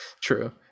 true